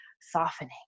softening